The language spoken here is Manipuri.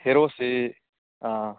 ꯍꯦꯔꯣꯁꯤ ꯑꯥ